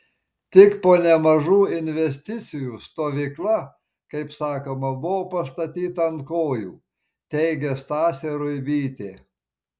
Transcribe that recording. tik po nemažų investicijų stovykla kaip sakoma buvo pastatyta ant kojų teigė stasė ruibytė